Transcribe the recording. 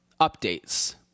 updates